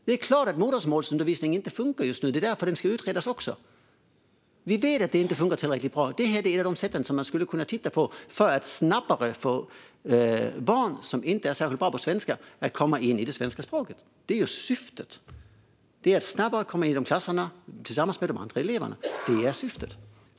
Det är klart att modersmålsundervisningen inte funkar just nu. Det är därför den ska utredas. Vi vet att det inte funkar tillräckligt bra. Detta är något som man skulle kunna titta på för att snabbare få barn som inte är särskilt bra på svenska att komma in i det svenska språket. Det är syftet. Syftet är att de snabbare ska komma in i klasserna tillsammans med de andra eleverna.